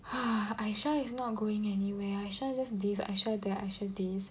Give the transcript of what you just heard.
Aisyah/P2> is not going anywhere Aisyah/P2> just this Aisyah/P2> that Aisyah/P2> this